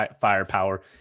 firepower